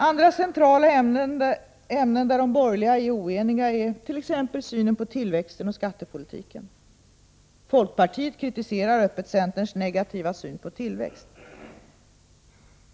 Andra centrala ämnen, där de borgerliga är oeniga, är t.ex. synen på 29 tillväxten och skattepolitiken. Folkpartiet kritiserar öppet centerns negativa syn på tillväxt.